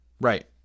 Right